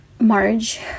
marge